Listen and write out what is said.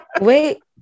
Wait